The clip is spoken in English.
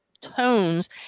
tones